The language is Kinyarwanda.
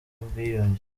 ubwiyunge